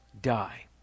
die